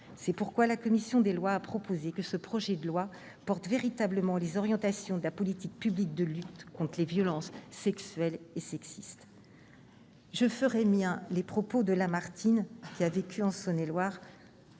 C'est pourquoi elle a proposé que ce projet de loi porte véritablement les orientations de la politique publique de lutte contre les violences sexuelles et sexistes. Je ferai miens les propos de Lamartine, qui a vécu en Saône-et-Loire